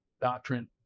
doctrine